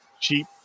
cheap